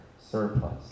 surplus